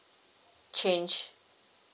change